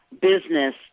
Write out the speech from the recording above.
business